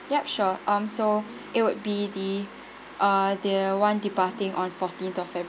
ya sure um so it'll be the uh the one departing on fourteenth of february